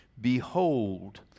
Behold